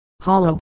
hollow